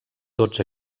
tots